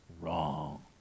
wrong